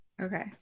Okay